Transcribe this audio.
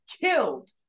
killed